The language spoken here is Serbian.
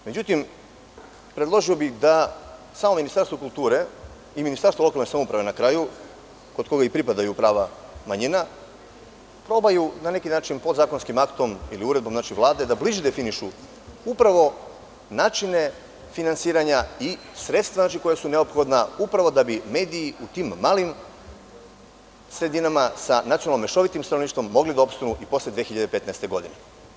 Međutim, predložio bih da samo Ministarstvo kulture i Ministarstvo lokalne samouprave na kraju, kod koga i pripadaju prava manjina, probaju na neki način podzakonskim aktom ili uredbom Vlade da bliže definišu upravo načine finansiranja i sredstva koja su neophodna, upravo da bi mediji u tim malim sredinama, sa nacionalno mešovitim stanovništvom, mogli da opstanu i posle 2015. godine.